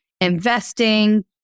investing